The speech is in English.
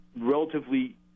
relatively